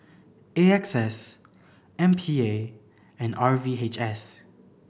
A X S M P A and R V H S